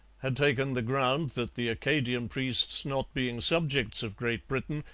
had taken the ground that the acadian priests, not being subjects of great britain,